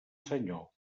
senyor